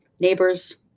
neighbors